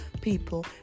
people